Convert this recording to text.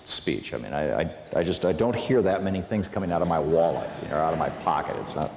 speech i mean i i just i don't hear that many things coming out of my wallet or out of my pocket it's not